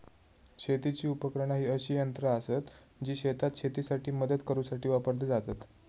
शेतीची उपकरणा ही अशी यंत्रा आसत जी शेतात शेतीसाठी मदत करूसाठी वापरली जातत